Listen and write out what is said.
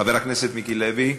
חבר הכנסת מיקי לוי: